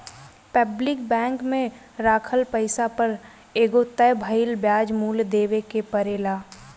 public bank में राखल पैसा पर एगो तय भइल ब्याज मूल्य देवे के परेला